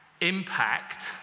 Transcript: impact